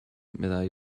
meddai